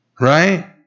Right